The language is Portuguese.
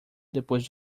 depois